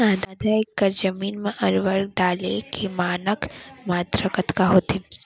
आधा एकड़ जमीन मा उर्वरक डाले के मानक मात्रा कतका होथे?